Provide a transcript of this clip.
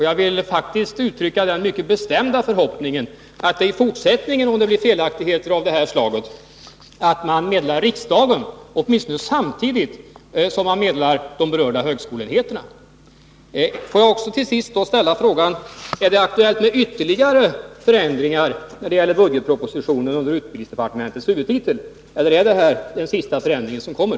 Jag vill uttrycka den mycket bestämda förhoppningen att man i fortsättningen, om det uppstår felaktigheter av detta slag som måste rättas till, meddelar riksdagen åtminstone samtidigt som man meddelar de berörda högskoleenheterna. Får jag till sist ställa frågan: Är det aktuellt med ytterligare förändringar under utbildningsdepartementets huvudtitel i budgetpropositionen, eller är detta den sista förändringen som kommer?